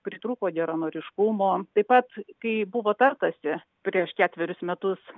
pritrūko geranoriškumo taip pat kai buvo tartasi prieš ketverius metus